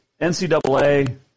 NCAA